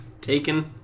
taken